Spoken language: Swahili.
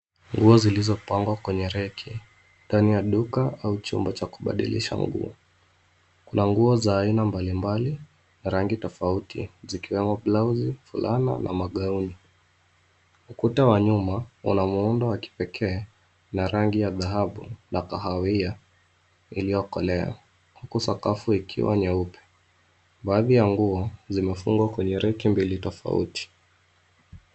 Nguo zilizopangwa kwenye reki, ndani ya duka, au chumba cha kubadilisha nguo. Kuna nguo za aina mbalimbali, rangi tofauti, zikiwemo blausi, fulana, na magauni. Ukuta wa nyuma una muundo wa kipekee, na rangi ya dhahabu, na kahawia, iliyokoleoa, huku sakafu ikiwa nyeupe. Baadhi ya nguo, zimefungwa kwenye reki mbili tofauti.